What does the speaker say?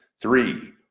three